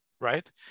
right